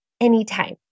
anytime